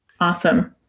Awesome